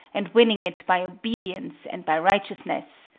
and winning it by obedience and by righteousness.